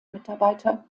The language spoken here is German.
mitarbeiter